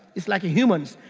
it's like a humans.